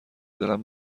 دلم